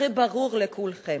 הרי ברור לכולכם,